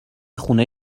خونه